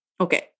Okay